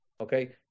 okay